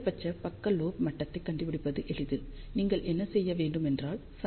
அதிகபட்ச பக்க லோப் மட்டத்தை கண்டுபிடிப்பது எளிது நீங்கள் என்ன செய்ய வேண்டும் என்றால் sin nψ2 ± 1